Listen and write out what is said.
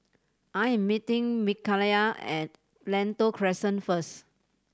I am meeting Mikayla at Lentor Crescent first